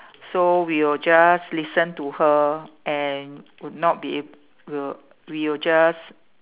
so we will just listen to her and would not be ab~ will we will just